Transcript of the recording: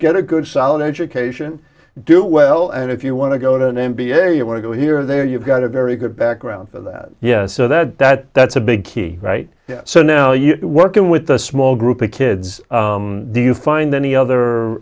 get a good solid education do well and if you want to go to an m b a you want to go here or there you've got a very good background for that yeah so that that that's a big key right so now you're working with a small group of kids do you find any other